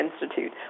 institute